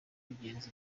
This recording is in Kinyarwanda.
kugenza